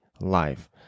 life